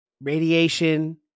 radiation